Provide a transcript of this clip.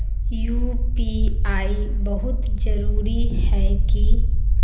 UPI बहुत जरूरी है की?